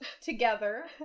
together